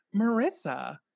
Marissa